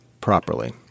properly